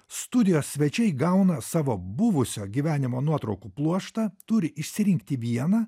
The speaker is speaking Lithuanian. studijos svečiai gauna savo buvusio gyvenimo nuotraukų pluoštą turi išsirinkti vieną